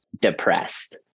depressed